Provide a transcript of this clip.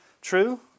True